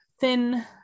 thin